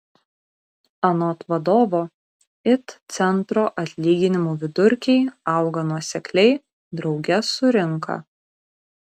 anot vadovo it centro atlyginimų vidurkiai auga nuosekliai drauge su rinka